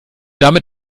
damit